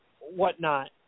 whatnot